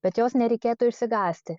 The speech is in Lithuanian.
bet jos nereikėtų išsigąsti